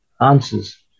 answers